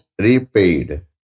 repaid